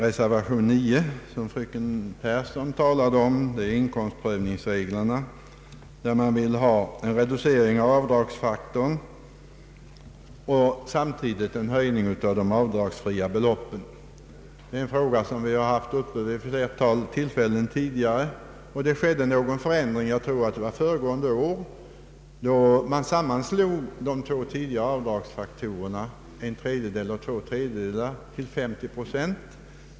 Reservation 9, som fröken Pehrsson talade för, gäller inkomstprövningsreglerna för kommunalt bostadstillägg m.m. Reservanterna vill ha en reducering av avdragsfaktorn och samtidigt genomföra en höjning av de avdragsfria beloppen. Det är en fråga som vi tidigare haft uppe till behandling vid ett flertal tillfällen. Det skedde en förändring av bestämmelserna, jag tror det var föregående år, som innebar att de två tidigare avdragsfaktorerna — en tredjedel och två tredjedelar — sammanslogs till 50 procent.